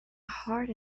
heart